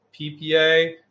PPA